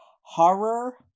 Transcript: horror